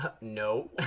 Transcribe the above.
no